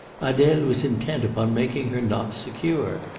adele was intent upon making her knots secure.